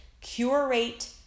Curate